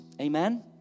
Amen